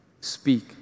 speak